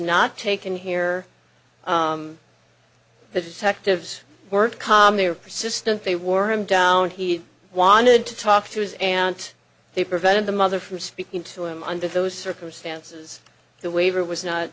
not taken here the detectives were calm they were persistent they wore him down he wanted to talk to his aunt they prevented the mother from speaking to him under those circumstances the waiver was not